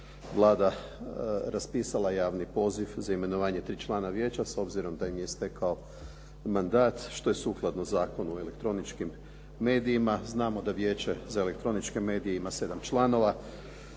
Vlada raspisala javni poziv za imenovanje tri člana vijeća. S obzirom da im je istekao mandat, što je sukladno Zakonu o elektroničkim medijima, znamo da Vijeće za elektroničke medije ima 7 članova